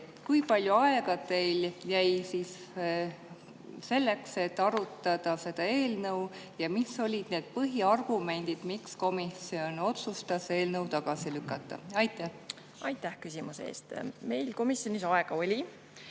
Kui palju aega teil jäi siis selleks, et arutada seda eelnõu, ja mis olid need põhiargumendid, miks komisjon otsustas eelnõu tagasi lükata? Aitäh küsimuse eest! Meil komisjonis aega oli.